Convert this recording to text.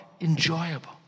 enjoyable